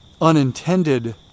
unintended